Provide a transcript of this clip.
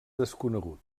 desconegut